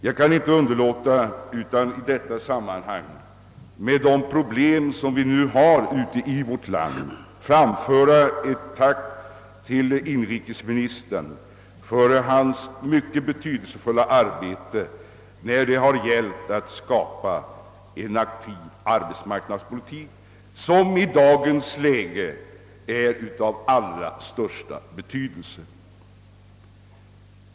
Med anledning av de problem vi i detta sammanhang har ute i vårt land, vill jag framföra ett tack till inrikesministern för hans mycket betydelsefulla arbete när det gällt att skapa en aktiv arbetsmarknadspolitik, något som i dagens läge är av allra största betydelse.